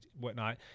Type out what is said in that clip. whatnot